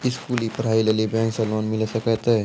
स्कूली पढ़ाई लेली बैंक से लोन मिले सकते?